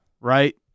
Right